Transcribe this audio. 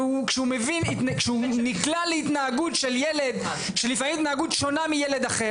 וכשהוא נקלע להתנהגות של ילד שלפעמים התנהגות שונה מילד אחר,